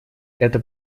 это